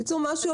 בקיצור,